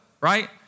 right